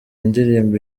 ndirimbo